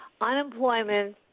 Unemployment